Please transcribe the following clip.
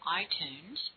iTunes